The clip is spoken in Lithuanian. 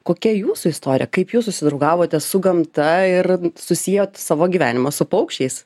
kokia jūsų istorija kaip jūs susidraugavote su gamta ir susiejot savo gyvenimą su paukščiais